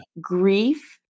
grief